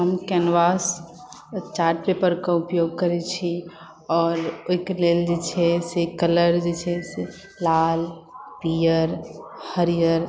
painting के लेल हम कैनवास चार्ट पेपर के उपयोग करै छी आओर ओहिके लेल जे छै से कलर जे छै से लाल पियर हरिहर